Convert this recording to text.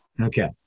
Okay